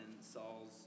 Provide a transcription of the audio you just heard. Saul's